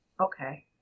Okay